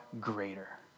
greater